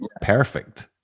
perfect